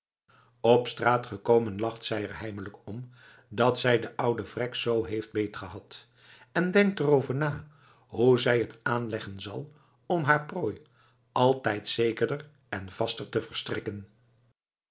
op straat gekomen lacht zij er heimelijk om dat zij den ouden vrek zoo heeft beetgehad en denkt er over na hoe zij t aanleggen zal om haar prooi altijd zekerder en vaster te verstrikken